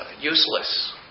useless